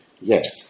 Yes